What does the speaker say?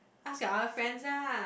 ask your other friends lah